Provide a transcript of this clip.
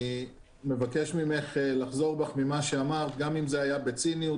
אני מבקש ממך לחזור בך ממה שאמרת גם אם זה היה בציניות,